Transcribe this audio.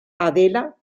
adela